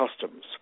customs